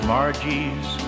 Margie's